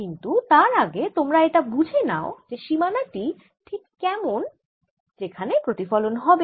কিন্তু তার আগে তোমরা এটা বুঝে নাও যে এই সীমানা টি ঠিক কেমন যেখানে প্রতিফলন হবে